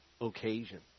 occasion